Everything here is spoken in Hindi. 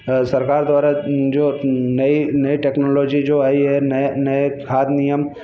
सरकार द्वारा जो जो नई टेक्नोलॉजी जो आई है नए नए खाद्य नियम